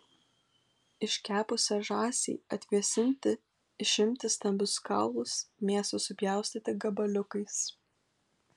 iškepusią žąsį atvėsinti išimti stambius kaulus mėsą supjaustyti gabaliukais